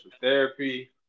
Therapy